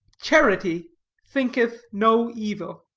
charity thinketh no evil.